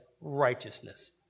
righteousness